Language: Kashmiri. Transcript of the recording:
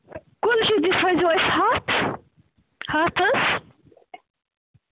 کُلچہٕ تہِ تھٲیزیٚو اسہِ ہَتھ ہَتھ حظ